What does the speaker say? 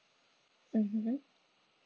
mmhmm